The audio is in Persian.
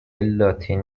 لاتین